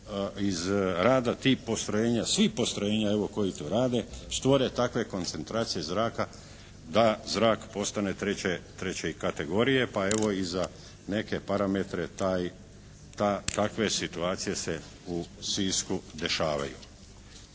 iz rada tih postrojenja, svih postrojenja evo koji to rade stvore takve koncentracije zraka da zrak postane treće kategorije. Pa evo i za neke parametre takve situacije se u Sisku dešavaju.